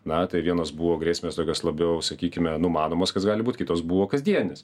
na tai vienos buvo grėsmės tokios labiau sakykime numatomos kas gali būt kitos buvo kasdieninės